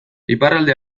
iparralde